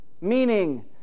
meaning